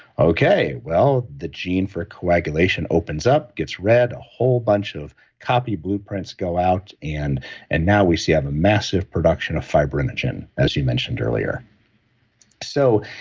okay. well, the gene for coagulation opens up, gets read. whole bunch of copy blueprints go out and and now we see a massive production of fibrinogen, as you mentioned earlier so,